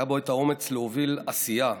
היה בו האומץ להוביל עשייה,